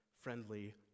friendly